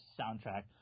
soundtrack